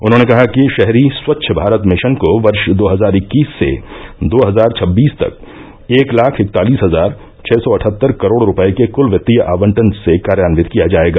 उन्होंने कहा कि शहरी स्वच्छ भारत मिशन को वर्ष दो हजार इक्कीस से दो हजार छब्बीस तक एक लाख इकतालीस हजार छः सौ अठहत्तर करोड़ रूपए के क्ल वित्तीय आवंटन से कार्यान्वित किया जाएगा